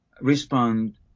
respond